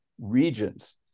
regions